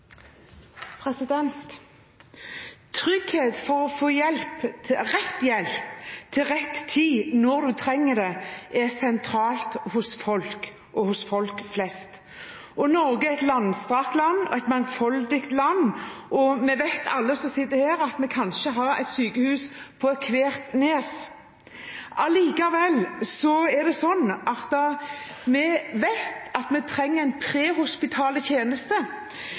Trygghet for å få hjelp – rett hjelp til rett tid, når man trenger det – er et sentralt behov hos folk flest. Norge er et langstrakt land og et mangfoldig land, og alle som sitter her, vet at vi ikke kan ha et sykehus på ethvert nes. Allikevel er det slik at vi vet at vi trenger en prehospital tjeneste